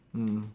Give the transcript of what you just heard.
mm